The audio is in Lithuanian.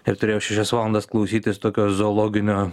ir turėjau šešias valandas klausytis tokio zoologinio